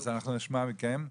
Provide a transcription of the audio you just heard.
אז אנחנו נשמע מכם,